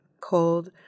cold